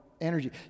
energy